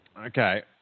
Okay